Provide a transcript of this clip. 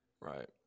Right